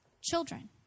children